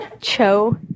Cho